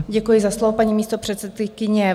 Děkuji za slovo, paní místopředsedkyně.